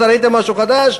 אתה ראית משהו חדש?